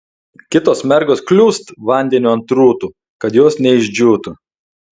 kitos mergos kliūst vandeniu ant rūtų kad jos neišdžiūtų